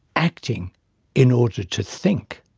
acting in order to think,